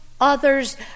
others